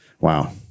Wow